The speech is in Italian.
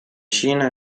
cina